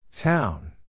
Town